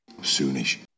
Soonish